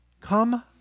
come